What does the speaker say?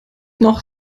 noch